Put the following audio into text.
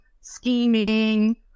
scheming